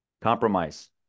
compromise